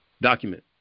document